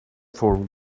for